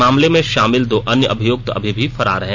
मामले में शामिल दो अन्य अभियुक्त अभी भी फरार है